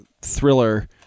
thriller